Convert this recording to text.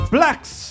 Blacks